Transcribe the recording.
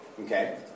Okay